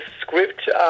script